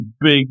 big